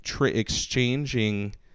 exchanging